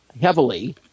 heavily